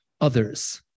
others